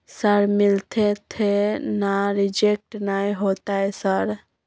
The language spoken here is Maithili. सर मिलते थे ना रिजेक्ट नय होतय सर?